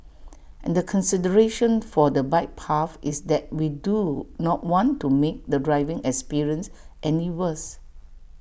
and the consideration for the bike path is that we do not want to make the driving experience any worse